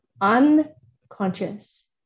unconscious